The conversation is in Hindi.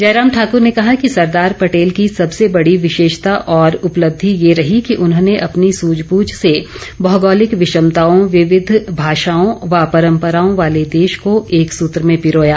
जयराम ठाकुर ने कहा कि सरदार पटेल की सबसे बड़ी विशेषता और उपलब्धि ये रही कि उन्होंने अपनी सूझबूझ से भौगोलिक विषमताओं विविध भाषाओं व परम्पराओं वाले देश को एकसूत्र में पिरोया